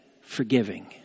forgiving